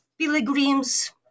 pilgrims